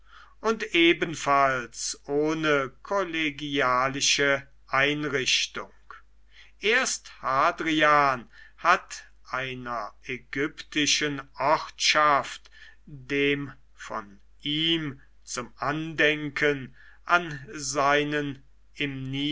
und ebenfalls ohne kollegialische einrichtung erst hadrian hat einer ägyptischen ortschaft dem von ihm zum andenken an seinen